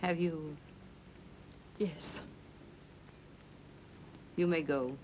have you yes you may go